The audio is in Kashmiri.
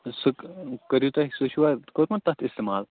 سُہ کٔرِو تُہۍ سُہ چھُوا کوٚرمُت تَتھ استعمال